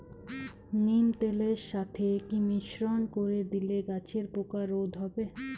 নিম তেলের সাথে কি মিশ্রণ করে দিলে গাছের পোকা রোধ হবে?